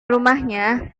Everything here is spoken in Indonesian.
rumahnya